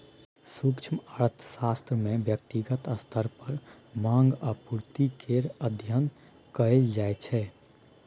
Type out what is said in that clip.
सूक्ष्म अर्थशास्त्र मे ब्यक्तिगत स्तर पर माँग आ पुर्ति केर अध्ययन कएल जाइ छै